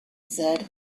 said